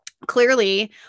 Clearly